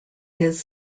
his